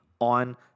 on